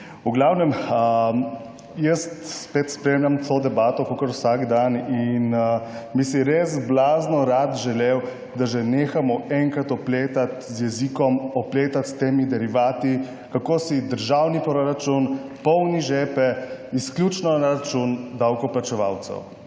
krajši. Jaz spremljam to debato vsak dan in bi si res blazno želel, da že nehamo enkrat opletati z jezikom, opletati s temi derivati, kako si državni proračun polni žepe izključno na račun davkoplačevalcev.